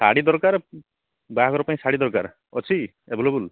ଶାଢ଼ୀ ଦରକାର ବାହାଘର ପାଇଁ ଶାଢ଼ୀ ଦରକାର ଅଛି କି ଆଭେଲେବୁଲ୍